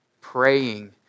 Praying